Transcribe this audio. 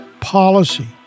policy